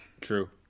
True